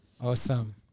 Awesome